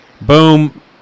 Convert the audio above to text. boom